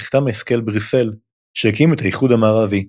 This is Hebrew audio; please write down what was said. נחתם הסכם בריסל, שהקים את האיחוד המערבי.